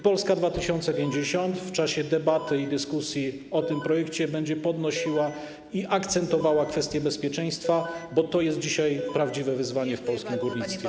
Polska 2050 w czasie debaty i dyskusji o tym projekcie będzie podnosiła i akcentowała kwestie bezpieczeństwa, bo to jest dzisiaj prawdziwe wyzwanie w polskim górnictwie.